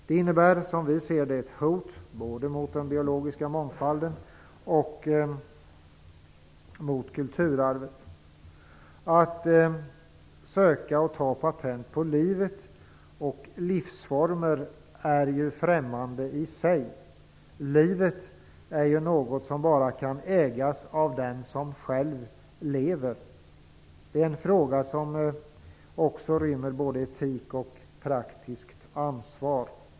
Det innebär, som vi ser det, ett hot både mot den biologiska mångfalden och mot kulturarvet. Att söka och ta patent på liv och livsformer är främmande i sig. Livet är ju något som bara kan ägas av den som själv lever. Det är en fråga som också rymmer både etik och praktiskt ansvar.